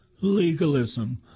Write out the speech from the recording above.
legalism